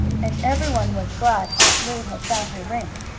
and everyone was glad aunt lu had found her ring.